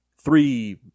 Three